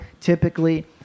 typically